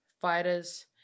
fighters